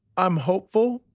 i'm hopeful.